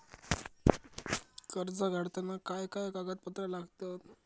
कर्ज काढताना काय काय कागदपत्रा लागतत?